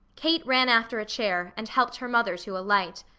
kate ran after a chair, and helped her mother to alight.